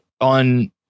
on